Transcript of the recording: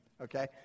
Okay